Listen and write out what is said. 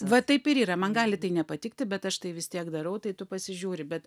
va taip ir yra man gali tai nepatikti bet aš tai vis tiek darau tai tu pasižiūri bet